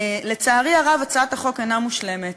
לצערי הרב, הצעת החוק אינה מושלמת.